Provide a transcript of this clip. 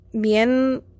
bien